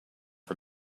for